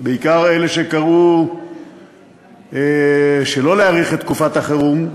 בעיקר אלה שקראו שלא להאריך את תקופת החירום.